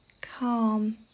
calm